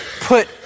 put